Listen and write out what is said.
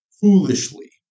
foolishly